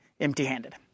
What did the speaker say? empty-handed